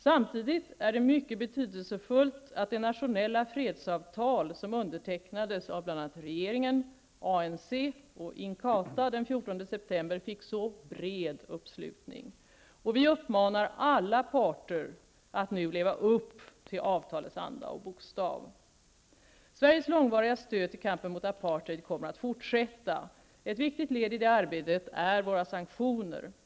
Samtidigt är det mycket betydelsefullt att det nationella fredsavtal som undertecknades av bl.a. regeringen, ANC och Inkatha den 14 september fick så bred uppslutning. Vi uppmanar alla parter att nu leva upp till avtalets anda och bokstav. Sveriges långvariga stöd till kampen mot apartheid kommer att fortsätta. Ett viktigt led i det arbetet är våra sanktioner.